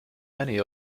many